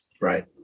right